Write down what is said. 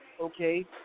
Okay